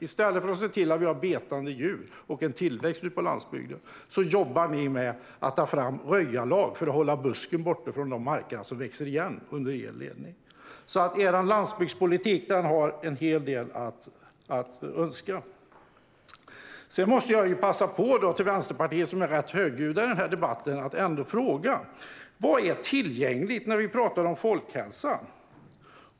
I stället för att se till att vi har betande djur och tillväxt på landsbygden tar ni fram röjarlag som ska hålla buskarna borta från de marker som växer igen under er ledning. Er landsbygdspolitik lämnar alltså en hel del övrigt att önska. Vänsterpartiet är ju rätt högljudda i denna debatt, så jag måste fråga: Vad är tillgängligt när vi talar om folkhälsa?